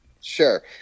Sure